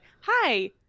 hi